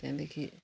त्यहाँदेखि